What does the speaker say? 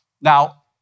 Now